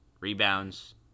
rebounds